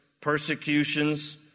persecutions